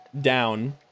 down